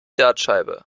dartscheibe